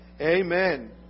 Amen